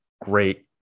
great